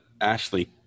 ashley